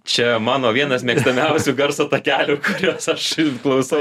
čia mano vienas mėgstamiausių garso takelių kuriuos aš klausau